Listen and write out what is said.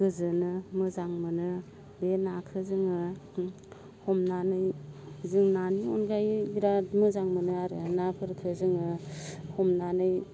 गोजोनो मोजां मोनो बे नाखो जोङो हमनानै जों नानि अनगायै बिराद मोजां मोनो आरो नाफोरखो जोङो हमनानै